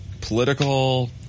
political